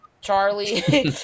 Charlie